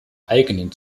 eigenen